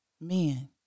Men